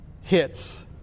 hits